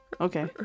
Okay